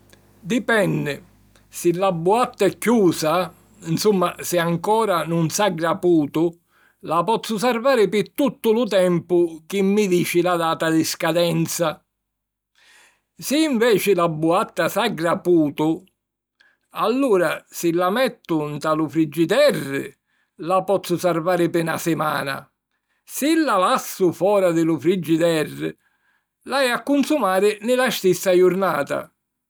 Dipenni. Si la buatta è chiusa, nsumma... si ancora nun s'ha graputu, la pozzu sarvari pi tuttu lu tempu chi mi dici la data di scadenza. Si, nveci, la buatta s'ha graputu, allura si la mettu nta lu frigiderri la pozzu sarvari pi na simana. Si la lassu fora di lu frigiderri, l'haju a cunsumari nni la stissa jurnata